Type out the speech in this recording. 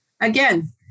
Again